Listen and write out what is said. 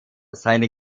seine